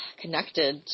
connected